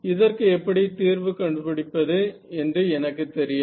இதற்கு எப்படி தீர்வு கண்டு பிடிப்பது என்று எனக்கு தெரியாது